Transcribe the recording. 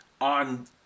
on